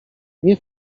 nie